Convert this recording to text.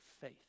faith